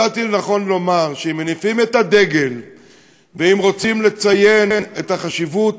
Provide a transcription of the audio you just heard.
מצאתי לנכון לומר שאם מניפים את הדגל ואם רוצים לציין את החשיבות